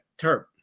Terp